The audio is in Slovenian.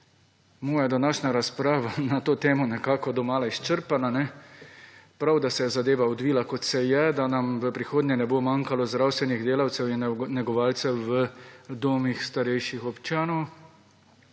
moja današnja razprava nekako domala izčrpana. Prav je, da se je zadeva odvila kot se je, da nam v prihodnje ne bo manjkalo zdravstvenih delavcev in negovalcev v domih starejših občanov.